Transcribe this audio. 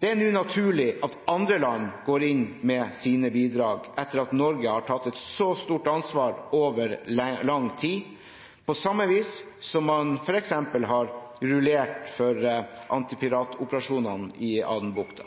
Det er nå naturlig at andre land går inn med sine bidrag, etter at Norge har tatt et så stort ansvar over lang tid, på samme vis som man f.eks. har rullert i anti-piratoperasjonene i Adenbukta.